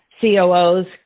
COOs